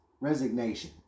resignation